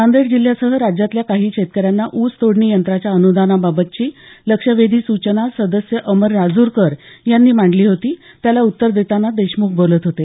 नांदेड जिल्ह्यासह राज्यातल्या काही शेतकऱ्यांना ऊस तोडणी यंत्राच्या अनुदानाबाबतची लक्षवेधी सूचना सदस्य अमर राजूरकर यांनी मांडली होती त्याला उत्तर देताना देशमुख बोलत होते